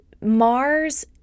Mars